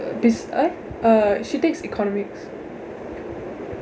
buis~ I uh she takes economics